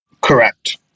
Correct